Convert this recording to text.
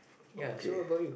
ya so what about you